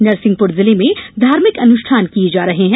नरसिंहपुर जिले में धार्मिक अनुष्ठान किये जा रहे हैं